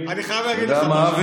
אתה יודע מה,